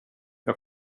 jag